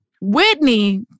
Whitney